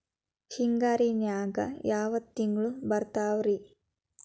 ಹಿಂಗಾರಿನ್ಯಾಗ ಯಾವ ತಿಂಗ್ಳು ಬರ್ತಾವ ರಿ?